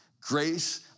grace